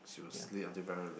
she will sleep until very late